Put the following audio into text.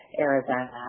Arizona